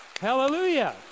Hallelujah